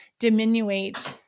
diminuate